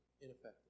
ineffective